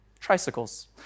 tricycles